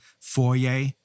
foyer